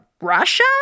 Russia